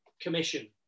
commission